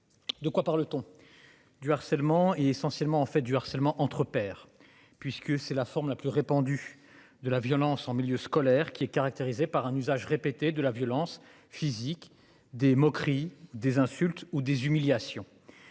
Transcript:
De quoi parle-t-on. Du harcèlement et essentiellement en fait du harcèlement entre pairs, puisque c'est la forme la plus répandue de la violence en milieu scolaire qui est caractérisé par un usage répété de la violence physique des moqueries des insultes ou des humiliations.